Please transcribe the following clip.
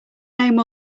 name